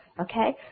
okay